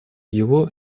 его